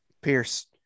Pierce